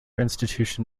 institution